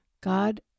God